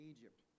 Egypt